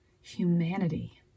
humanity